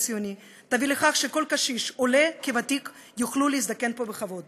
צה"ל שבגלל ה-Waze נקלע שם לסביבה ואז עלה לו השם של רחוב יאסר